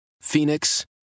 Phoenix